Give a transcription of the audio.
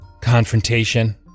confrontation